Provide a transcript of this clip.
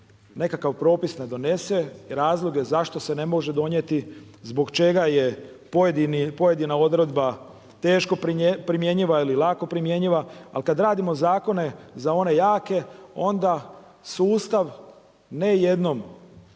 nekakav propis ne donese, razloge zašto ne može donijeti, zbog čega je pojedina odredba teško primjenjiva ili lako primjenjiva, ali kada radimo zakone za one jake onda sustav ne jednom,